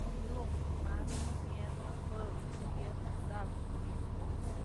Lon, mart, mierkw, jueb, viern, sabd, domingw.